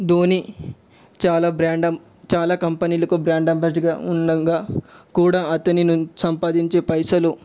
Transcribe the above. ధోని చాలా బ్రాండ్ చాలా కంపెనీలకు బ్రాండ్ అంబాసిడర్గా ఉండంగా కూడా అతను సంపాదించే పైసలు